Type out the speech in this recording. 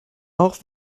auch